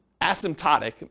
asymptotic